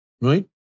Right